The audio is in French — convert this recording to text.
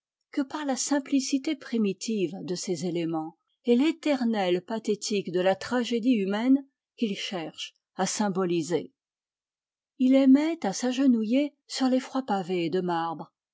que par la simplicité primitive de ses éléments et l'éternel pathétique de la tragédie humaine qu'il cherche à symboliser il aimait à s'agenouiller sur les froids pavés de marbre